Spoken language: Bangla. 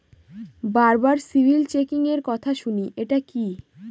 বারবার সিবিল চেকিংএর কথা শুনি এটা কি?